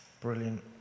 brilliant